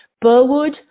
Burwood